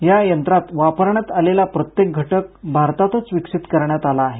या यंत्रात वापरण्यात आलेला प्रत्येक घटक भारतातच विकसित करण्यात आला आहे